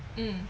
mm